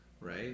Right